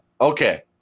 Okay